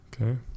Okay